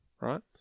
right